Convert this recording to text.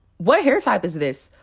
what hair type is this?